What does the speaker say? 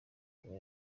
kuba